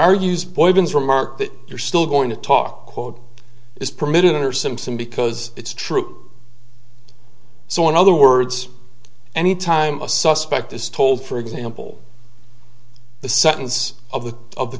argues boykins remark that you're still going to talk quote is permitted under simpson because it's true so in other words anytime a suspect is told for example the sentence of the of the